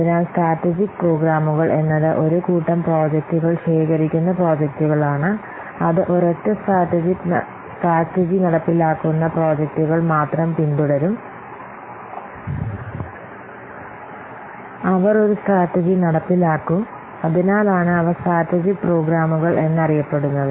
അതിനാൽ സ്ട്രാറ്റജിക്ക് പ്രോഗ്രാമുകൾ എന്നത് ഒരു കൂട്ടം പ്രോജക്റ്റുകൾ ശേഖരിക്കുന്ന പ്രോജക്ടുകളാണ് അത് ഒരൊറ്റ സ്ട്രാറ്റജി നടപ്പിലാക്കുന്ന പ്രോജക്ടുകൾ മാത്രം പിന്തുടരും അവർ ഒരു സ്ട്രാറ്റജി നടപ്പിലാക്കും അതിനാലാണ് അവ സ്ട്രാറ്റജിക്ക് പ്രോഗ്രാമുകൾ എന്നറിയപ്പെടുന്നത്